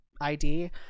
ID